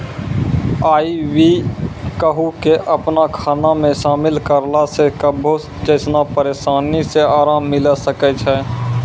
आइ.वी कद्दू के अपनो खाना मे शामिल करला से कब्जो जैसनो परेशानी से अराम मिलै सकै छै